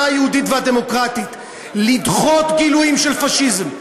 היהודית והדמוקרטית: לדחות גילויים של פאשיזם,